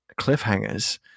cliffhangers